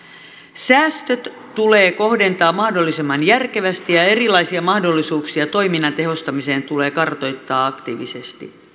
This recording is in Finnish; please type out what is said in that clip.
säästöt tulee kohdentaa mahdollisimman järkevästi ja erilaisia mahdollisuuksia toiminnan tehostamiseen tulee kartoittaa aktiivisesti